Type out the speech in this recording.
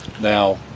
now